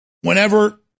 Whenever